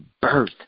birth